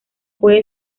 puede